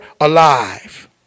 alive